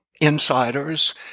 insiders